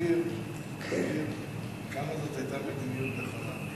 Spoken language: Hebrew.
הסביר כמה זאת היתה מדיניות נכונה.